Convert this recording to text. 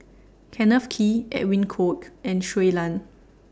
Kenneth Kee Edwin Koek and Shui Lan